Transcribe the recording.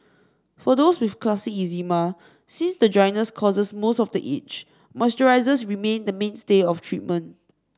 for those with classic eczema since the dryness causes most of the itch moisturisers remain the mainstay of treatment